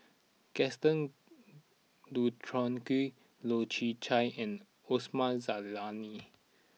Gaston Dutronquoy Loy Chye Chuan and Osman Zailani